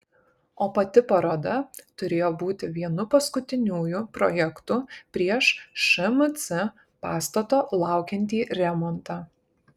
o pati paroda turėjo būti vienu paskutiniųjų projektų prieš šmc pastato laukiantį remontą